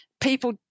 people